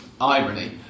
irony